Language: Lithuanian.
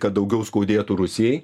kad daugiau skaudėtų rusijai